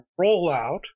rollout